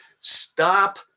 Stop